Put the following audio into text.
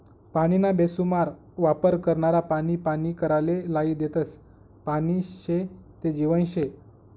पानीना बेसुमार वापर करनारा पानी पानी कराले लायी देतस, पानी शे ते जीवन शे